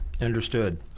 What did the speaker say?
Understood